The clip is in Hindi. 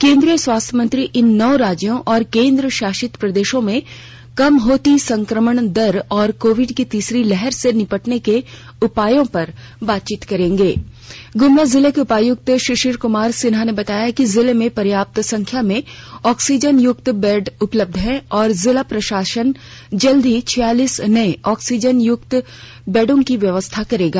केंद्रीय स्वास्थ्य मंत्री इन नौ राज्यों और केंद्रशासित प्रदेशों में कम होती संक्रमण दर और कोविड की तीसरी लहर से निपटने के उपायों पर बातचीत गुमला जिले के उपायुक्त शिशिर कुमार सिन्हा ने बताया कि जिले में पर्याप्त संख्या में ऑक्सिजन युक्त बेड उपलब्ध हैं और जिला प्रशासन जल्द ही छियालीस नये ऑक्सिजन युक्त बेडों की व्यवस्था करेगा